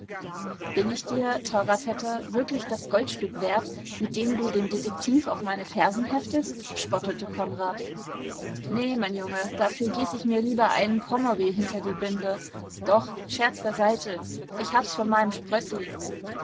bin ich dir teurer vetter wirklich das goldstück wert mit dem du den detektiv auf meine fersen heftest spottete konrad nee mein junge dafür gieß ich mir lieber einen pommery hinter die binde doch scherz beiseite ich hab's von meinem sprößling